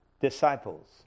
disciples